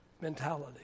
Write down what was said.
mentality